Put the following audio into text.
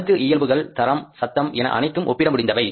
அனைத்து இயல்புகள் தரம் சத்தம் என அனைத்தும் ஒப்பிட முடிந்தவை